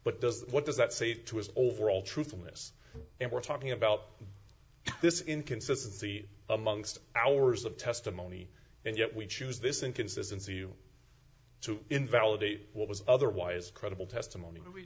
but does what does that say to his overall truthfulness and we're talking about this inconsistency amongst hours of testimony and yet we choose this inconsistency you to invalidate what was otherwise credible testimony